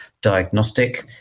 Diagnostic